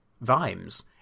Vimes